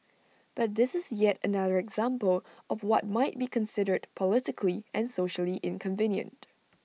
but this is yet another example of what might be considered politically and socially inconvenient